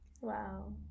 Wow